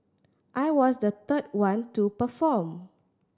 I was the third one to perform